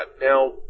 Now